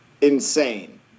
insane